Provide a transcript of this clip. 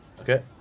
Okay